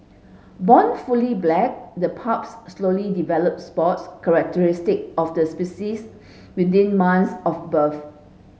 born fully black the pups slowly develop spots characteristic of the species within months of birth